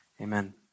amen